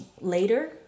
later